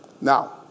Now